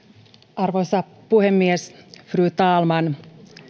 arvoisa puhemies fru talman